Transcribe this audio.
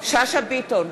שאשא ביטון,